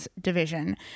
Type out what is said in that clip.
division